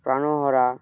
প্রাণোহরা